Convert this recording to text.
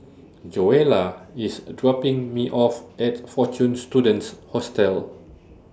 Joella IS dropping Me off At Fortune Students Hostel